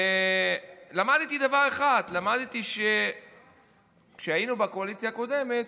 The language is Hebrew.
ולמדתי דבר אחד כשהיינו בקואליציה הקודמת: